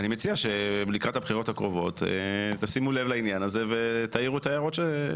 אני מציע שלקראת הבחירות הקרובות תשימו לב לעניין הזה ותעירו את הערות.